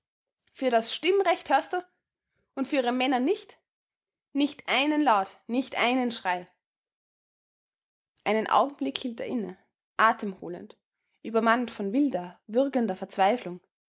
für das stimmrecht hörst du und für ihre männer nicht nicht einen laut nicht einen schrei einen augenblick hielt er inne atemholend übermannt von wilder würgender verzweiflung